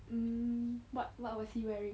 mm what what was he wearing